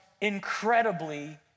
incredibly